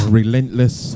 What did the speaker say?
relentless